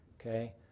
Okay